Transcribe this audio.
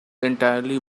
entirely